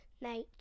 nature